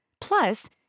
Plus